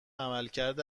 عملکرد